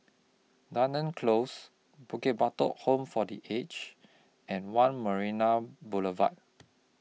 Dunearn Close Bukit Batok Home For The Aged and one Marina Boulevard